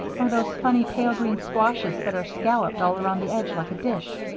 or those funny, pale green squashes that are scalloped all around the edge like a dish,